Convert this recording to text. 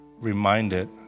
reminded